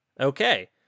Okay